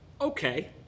Okay